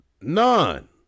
None